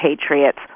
Patriots